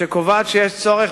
שקובעת שיש צורך,